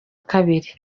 kabiri